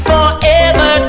Forever